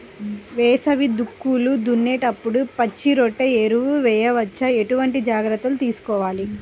వేసవి దుక్కులు దున్నేప్పుడు పచ్చిరొట్ట ఎరువు వేయవచ్చా? ఎటువంటి జాగ్రత్తలు తీసుకోవాలి?